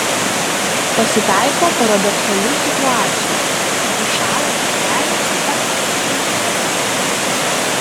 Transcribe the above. pasitaiko paradoksalių situacijų iššąla čiobreliai o kaktusai niekada